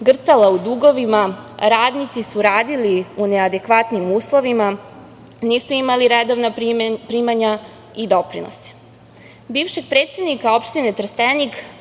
grcala u dugovima, radnici su radili u neadekvatnim uslovima, nisu imali redovna primanja i doprinose. Bivšeg predsednika opštine Trstenik,